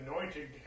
anointed